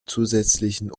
zusätzlichen